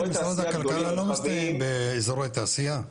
של משרד הכלכלה לא מסתיים באזורי תעשייה.